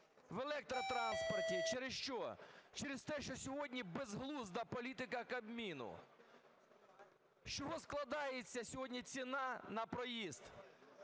в електротранспорті через що? Через те, що сьогодні безглузда політика Кабміну. З чого складається сьогодні ціна на проїзд?